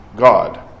God